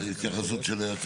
התייחסות של היועץ